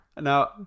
now